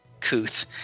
couth